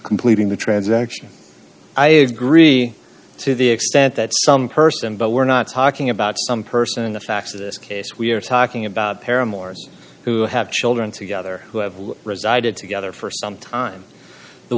completing the transaction i agree to the extent that some person but we're not talking about some person in the facts of this case we're talking about paramour's who have children together who have resided together for some time the